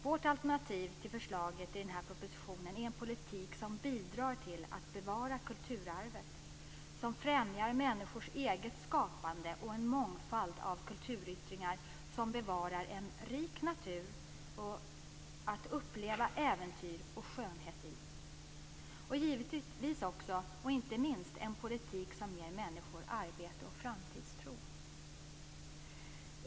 Vårt alternativ till förslaget i denna proposition är en politik som bidrar till att bevara kulturarvet, som främjar människors eget skapande och en mångfald av kulturyttringar och som bevarar en rik natur att uppleva äventyr och skönhet i. Det är givetvis också, och inte minst, en politik som ger människor arbete och framtidstro.